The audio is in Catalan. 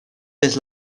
vés